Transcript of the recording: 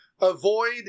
avoid